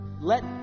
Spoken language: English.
let